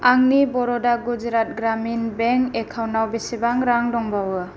आंनि बर'दा गुजरात ग्रामिन बेंक एकाउन्टाव बेसेबां रां दंबावो